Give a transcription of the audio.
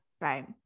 Right